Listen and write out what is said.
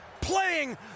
playing